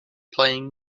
playing